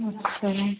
अच्छा